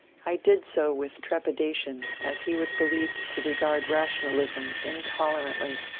i did so with trepida tion, as he was believed to regard rationalism intolerantly.